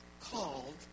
called